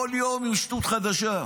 כל יום עם שטות חדשה.